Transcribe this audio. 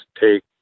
take